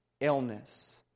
illness